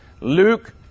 Luke